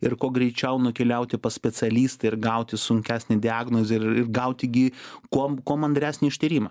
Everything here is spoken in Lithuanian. ir kuo greičiau nukeliauti pas specialistą ir gauti sunkesnę diagnozę ir ir gauti gi kuom kuo mandresnį ištyrimą